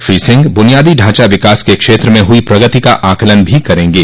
श्री सिंह बुनियादी ढांचा विकास के क्षेत्र में हुई प्रगति का आकलन भी करेंगे